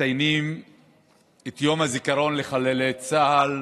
מתחילים להסתכל על הפספורטים,